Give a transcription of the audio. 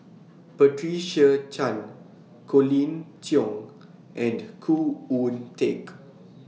Patricia Chan Colin Cheong and Khoo Oon Teik